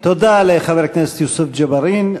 תודה לחבר הכנסת יוסף ג'בארין.